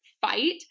fight